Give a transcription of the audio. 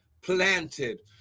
planted